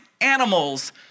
animals